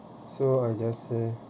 so I just say